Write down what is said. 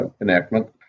enactment